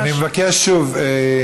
רבותיי, אני מבקש שוב.